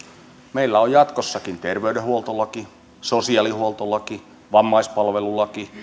meillä on jatkossakin terveydenhuoltolaki sosiaalihuoltolaki vammaispalvelulaki